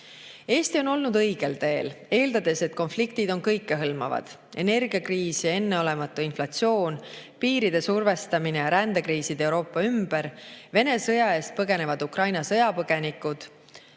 Eesti on olnud õigel teel, eeldades, et konfliktid on kõikehõlmavad. Energiakriis ja enneolematu inflatsioon, piiride survestamine ja rändekriisid Euroopa ümber, Vene sõja eest põgenevad Ukraina sõjapõgenikud,